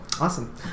Awesome